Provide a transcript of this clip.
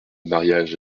mariage